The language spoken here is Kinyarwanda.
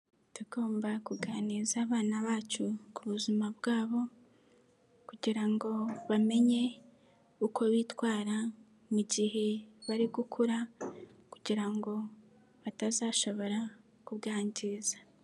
Tugomba kuganiriza abana bacu ku buzima bwabo, kugira ngo bamenye uko bitwara mu gihe bari gukura, kugira ngo batazashobora kubwangiza.